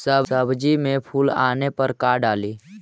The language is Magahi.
सब्जी मे फूल आने पर का डाली?